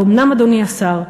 האומנם, אדוני השר,